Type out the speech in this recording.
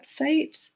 website